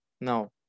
Now